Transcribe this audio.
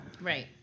Right